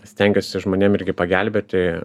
stengiuosi žmonėm irgi pagelbėti